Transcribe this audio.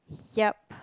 yup